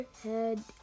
head